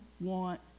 want